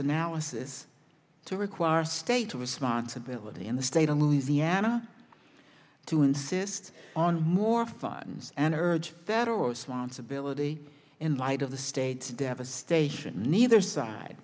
analysis to require state responsibility in the state of louisiana to insist on more fans and urge there or slants ability in light of the state's devastation neither side